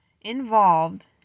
involved